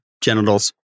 genitals